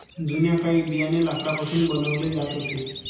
जुन्या काळी बियाणे लाकडापासून बनवले जात असे